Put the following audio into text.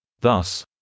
Thus